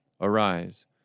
Arise